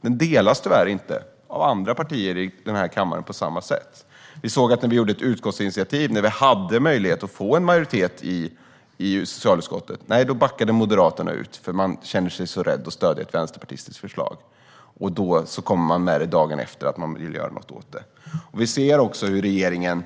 Det delas tyvärr inte på samma sätt av andra partier i denna kammare. När vi gjorde ett utskottsinitiativ och hade en möjlighet att få en majoritet i socialutskottet backade Moderaterna ut. De kände sig så rädda för att stödja ett vänsterpartistiskt förslag. Dagen efter kom de med att de vill göra någonting åt det. Vi ser också hur regeringen